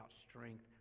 strength